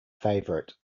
favorite